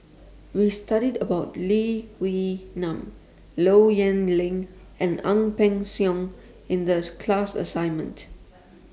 We studied about Lee Wee Nam Low Yen Ling and Ang Peng Siong in The class assignment